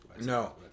No